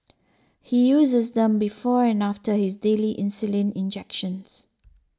he uses them before and after his daily insulin injections